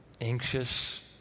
anxious